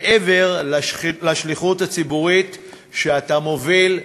מעבר לשליחות הציבורית שאתה מוביל.